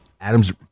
Adam's